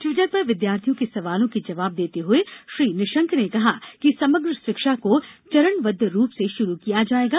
Twitter पर विद्यार्थियों के सवालों के जवाब देते हुए श्री निशंक ने कहा कि समग्र शिक्षा को चरणबद्ध रूप से शुरू किया जायेगा